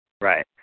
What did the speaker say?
Right